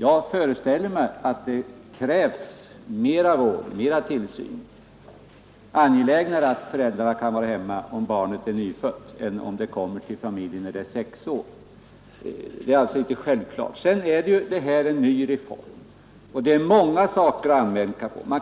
Jag föreställer mig att det krävs mera vård och mera tillsyn, att det är angelägnare att föräldrarna kan vara hemma, om barnet är nyfött än om det kommer till familjen när det är sex år. Den här reformen innebär en nyhet, och det är självklart att det finns många saker att anmärka på. Det